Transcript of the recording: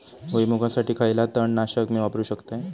भुईमुगासाठी खयला तण नाशक मी वापरू शकतय?